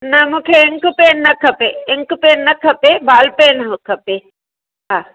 न मूंखे ink pen न खपे इंक पेन न खपे बाल पेन मूंखे खपे हा